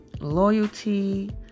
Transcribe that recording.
loyalty